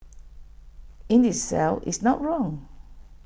in itself is not wrong